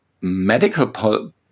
medical